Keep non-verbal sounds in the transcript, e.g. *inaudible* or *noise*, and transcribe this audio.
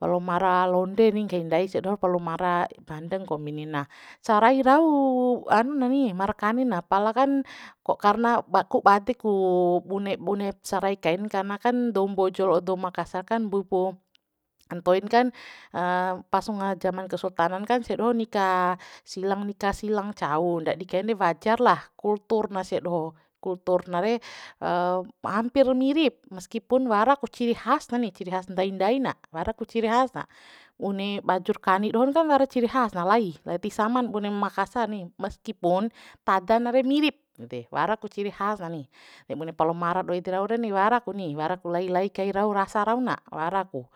Palomara londe ni nggahi ndai sia doho palomara bandeng kombi ni na sarai rau hanu na ni markani na pala kan *hesitation* karna *unintelligible* bade ku bune bune sarai kain karna kan dou mbojo la'o dou makasarkan mbui pu ntoin kan *hesitation* pas unga jaman kesultanan kan sia doho nika silang nika silang ncau ndadi kainre wajar lah kulturna sia doho kultur na re *hesitation* hampir mirip meskipun wara ku ciri khas na ni ciri khas ndai ndaina wara ku ciri has na bune bajur kani dohon kan wara ciri has na lai wati saman bune makasar ni meskipun tada na re mirip ede wara ku ciri has na ni bune palomara doho ede rau reni wara ku ni wara ku lai lai kai rau rasa rau na wara ku